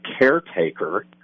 caretaker